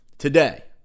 today